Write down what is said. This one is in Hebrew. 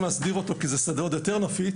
להסדיר אותו כי זה שדה עוד יותר נפיץ,